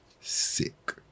sick